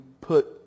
put